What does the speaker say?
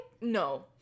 No